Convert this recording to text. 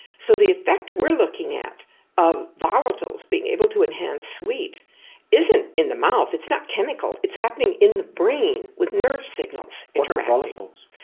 so the effect we're looking at of volatiles being able to enhance sweet isn't in the mouth, it's not chemical, it's happening in the brain with nerve signals. what are volatiles?